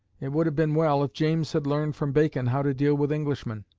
it would have been well if james had learned from bacon how to deal with englishmen.